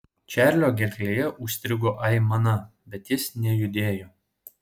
čarlio gerklėje užstrigo aimana bet jis nejudėjo